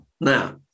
Now